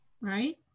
right